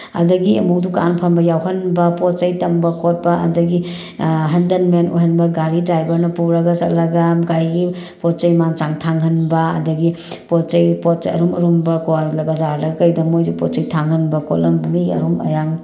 ꯑꯗꯒꯤ ꯑꯃꯨꯛ ꯗꯨꯀꯥꯟ ꯐꯝꯕ ꯌꯥꯎꯍꯟꯕ ꯄꯣꯠ ꯆꯩ ꯇꯝꯕ ꯈꯣꯠꯄ ꯑꯗꯒꯤ ꯍꯟꯗꯜ ꯃꯦꯟ ꯑꯣꯏꯍꯟꯕ ꯒꯥꯔꯤ ꯗ꯭ꯔꯥꯏꯚꯔꯅ ꯄꯨꯔꯒ ꯆꯠꯂꯒ ꯒꯥꯔꯤꯒꯤ ꯄꯣꯠ ꯆꯩ ꯃꯥꯟ ꯆꯥꯡ ꯊꯥꯡꯍꯟꯕ ꯑꯗꯒꯤ ꯄꯣꯠ ꯆꯩ ꯄꯣꯠꯁꯦ ꯑꯔꯨꯝ ꯑꯔꯨꯝꯕꯀꯣ ꯕꯖꯥꯔꯗ ꯀꯩꯗ ꯃꯣꯏꯁꯦ ꯄꯣꯠ ꯆꯩ ꯊꯥꯡꯍꯟꯕ ꯈꯣꯠꯍꯟꯕ ꯃꯤꯒꯤ ꯑꯔꯨꯝ ꯑꯌꯥꯡ